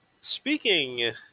Speaking